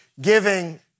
giving